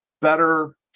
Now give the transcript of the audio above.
better